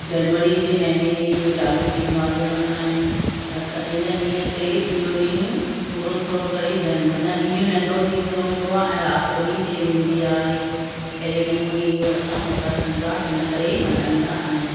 जनवरी जे महिने में इहो चालू थींदो आहे ॾिणु ऐं असां इन ॾींहं ते इहो ॾींहुं थोरो थोरो करे जन माना ॾींहुं नंढो थींदो वेंदो आहे ऐं राति वॾी थी वेंदी आहे अहिड़े नमूने इहो असां मकर संक्राति इन करे ई मल्हाईंदा आहियूं